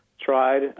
tried